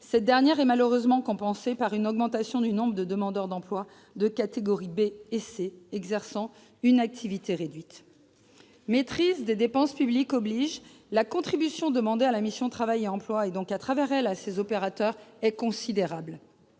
A, celle-ci est malheureusement compensée par une augmentation du nombre de demandeurs d'emploi des catégories B et C, qui exercent une activité réduite. Maîtrise des dépenses publiques oblige, la contribution exigée de la mission « Travail et emploi », et donc, à travers elle, de ses opérateurs, est considérable.